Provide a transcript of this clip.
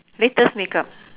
latest makeup